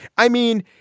i mean,